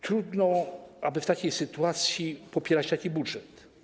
Trudno, aby w takiej sytuacji popierać taki budżet.